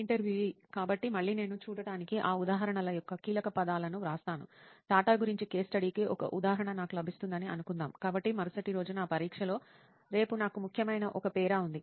ఇంటర్వ్యూఈ కాబట్టి మళ్ళీ నేను చూడటానికి ఆ ఉదాహరణల యొక్క కీలకపదాలను వ్రాస్తాను టాటా గురించి కేస్ స్టడీకి ఒక ఉదాహరణ నాకు లభిస్తుందని అనుకుందాం కాబట్టి మరుసటి రోజు నా పరీక్షలో రేపు నాకు ముఖ్యమైన ఒక పేరా ఉంది